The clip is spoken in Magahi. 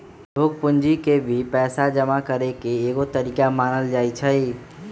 उद्योग पूंजी के भी पैसा जमा करे के एगो तरीका मानल जाई छई